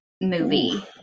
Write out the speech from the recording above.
movie